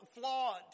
flawed